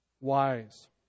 wise